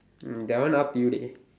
mm that one up to you dey